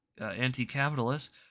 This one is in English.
anti-capitalist